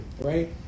right